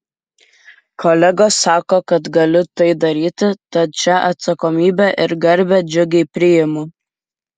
kolegos sako kad galiu tai daryti tad šią atsakomybę ir garbę džiugiai priimu